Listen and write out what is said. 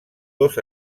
dos